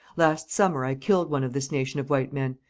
last summer i killed one of this nation of white men.